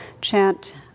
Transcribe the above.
chant